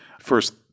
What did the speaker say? first-